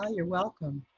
you're welcome.